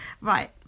Right